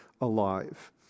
alive